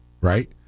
right